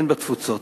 והן בתפוצות.